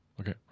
Okay